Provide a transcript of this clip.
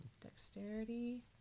Dexterity